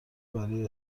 برای